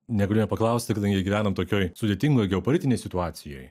negaliu nepaklausti kadangi gyvenam tokioj sudėtingoj geopolitinėj situacijoj